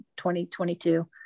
2022